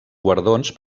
guardons